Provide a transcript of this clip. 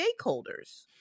stakeholders